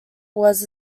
was